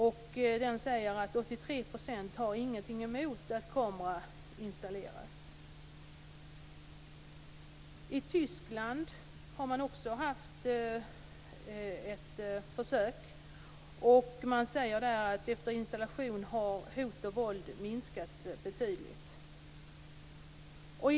Enligt denna undersökning har 83 % ingenting emot att kamera installeras. I Tyskland har man också haft en försöksverksamhet. Man säger där att efter installation av kamera har hot och våld minskat betydligt.